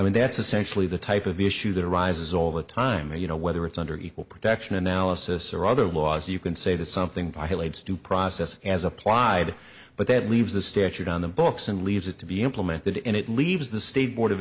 mean that's essentially the type of issue that arises all the time where you know whether it's under equal protection analysis or other laws you can say that something violates due process as applied but that leaves the statute on the books and leaves it to be implemented and it leaves the state board of